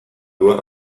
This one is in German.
nur